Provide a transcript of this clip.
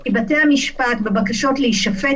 כי בתי המשפט בבקשות להישפט,